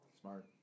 Smart